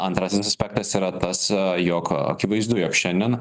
antrasis aspektas yra tas jog akivaizdu jog šiandien